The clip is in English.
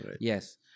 Yes